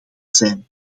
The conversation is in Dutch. zijn